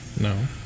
No